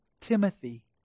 Timothy